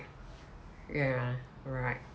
ya right